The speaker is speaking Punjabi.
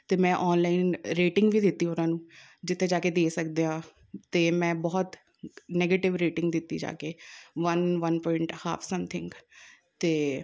ਅਤੇ ਮੈਂ ਔਨਲਾਈਨ ਰੇਟਿੰਗ ਵੀ ਦਿੱਤੀ ਉਹਨਾਂ ਨੂੰ ਜਿੱਥੇ ਜਾ ਕੇ ਦੇ ਸਕਦੇ ਹਾਂ ਅਤੇ ਮੈਂ ਬਹੁਤ ਨੈਗੇਟਿਵ ਰੇਟਿੰਗ ਦਿੱਤੀ ਜਾ ਕੇ one one point half something ਅਤੇ